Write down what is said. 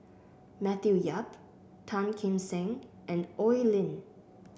Matthew Yap Tan Kim Seng and Oi Lin